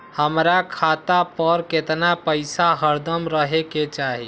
हमरा खाता पर केतना पैसा हरदम रहे के चाहि?